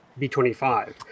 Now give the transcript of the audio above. b25